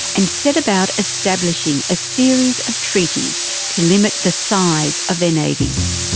and set about establishing a series of treaties to limit the size of their navies.